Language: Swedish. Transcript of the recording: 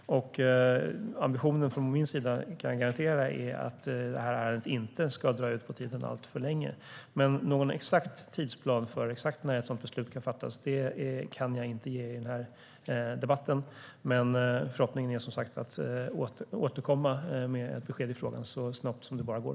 Jag kan garantera att min ambition är att det här ärendet inte ska dra ut på tiden alltför länge. Någon tidsplan för exakt när ett sådant beslut kan fattas kan jag inte presentera i den här debatten. Men förhoppningen är som sagt att kunna återkomma med ett besked i frågan så snabbt det bara går.